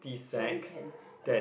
so we can take